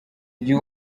gihe